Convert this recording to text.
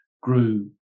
grew